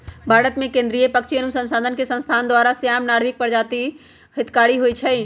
भारतमें केंद्रीय पक्षी अनुसंसधान संस्थान द्वारा, श्याम, नर्भिक प्रजाति हितकारी होइ छइ